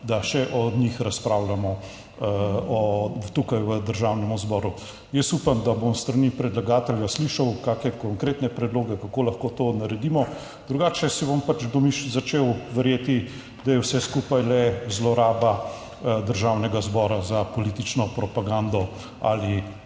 da še o njih razpravljamo tukaj v Državnem zboru. Jaz upam, da bom s strani predlagatelja slišal kakšne konkretne predloge, kako lahko to naredimo, drugače si bom pač začel verjeti, da je vse skupaj le zloraba Državnega zbora za politično propagando ali